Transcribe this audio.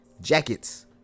jackets